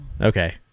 Okay